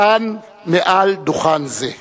כאן, מעל דוכן זה: